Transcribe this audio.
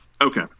okay